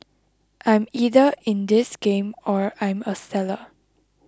I'm either in this game or I'm a seller